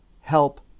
help